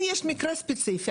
אם יש מקרה ספציפי,